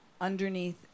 underneath